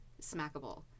smackable